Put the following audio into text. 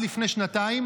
עד לפני שנתיים,